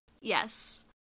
Yes